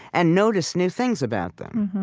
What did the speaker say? and notice new things about them.